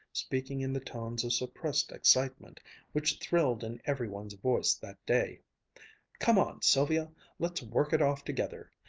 speaking in the tones of suppressed excitement which thrilled in every one's voice that day come on, sylvia let's work it off together!